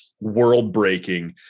world-breaking